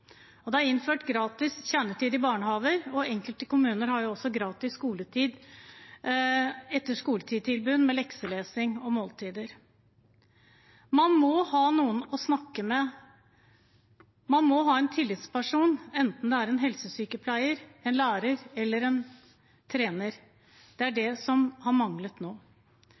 Det er innført gratis kjernetid i barnehager, og enkelte kommuner har også gratis etter-skoletid-tilbud med lekselesing og måltider. Man må ha noen å snakke med, man må ha en tillitsperson, enten det er en helsesykepleier, en lærer eller en trener. Det er det som har manglet nå.